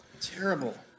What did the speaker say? Terrible